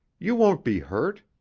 you won't be hurt.